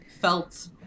felt